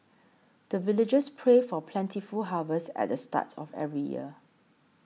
the villagers pray for plentiful harvest at the start of every year